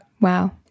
Wow